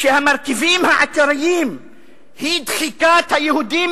שהמרכיבים העיקריים הם דחיקת היהודים